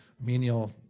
menial